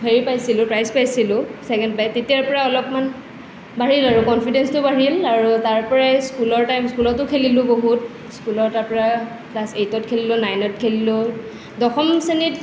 হেৰি পাইছিলোঁ প্ৰাইজ পাইছিলোঁ ছেকেণ্ড প্ৰাইজ তেতিয়াৰ পৰা অলপমান বাঢ়িল আৰু কনফিডেন্সটো বাঢ়িল আৰু তাৰ পৰাই স্কুলৰ টাইমছতো খেলিলোঁ বহুত স্কুলত তাৰ পৰা ক্লাছ এইটত খেলিল নাইনত খেলিলোঁ দশম শ্ৰেণীত